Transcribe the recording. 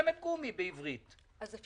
בעברית זה חותמת גומי.